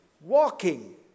walking